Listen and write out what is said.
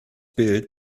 built